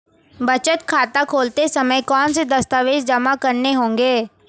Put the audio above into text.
बचत खाता खोलते समय कौनसे दस्तावेज़ जमा करने होंगे?